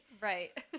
Right